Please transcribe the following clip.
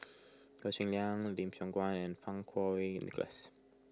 Goh Cheng Liang Lim Siong Guan and Fang Kuo Wei Nicholas